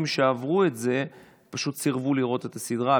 שעברו את זה פשוט סירבו לראות את הסדרה,